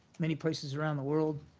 many places around the world,